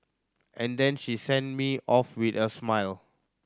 and then she sent me off with a smile